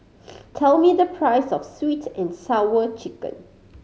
tell me the price of Sweet And Sour Chicken